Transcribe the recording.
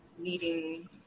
leading